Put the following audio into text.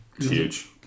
huge